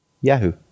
Yahoo